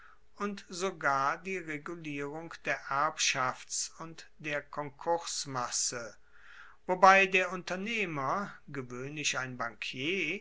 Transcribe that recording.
und sogar die regulierung der erbschafts und der konkursmasse wobei der unternehmer gewoehnlich ein bankier